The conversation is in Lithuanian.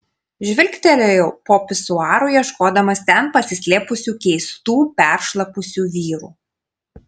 žvilgtelėjau po pisuaru ieškodamas ten pasislėpusių keistų peršlapusių vyrų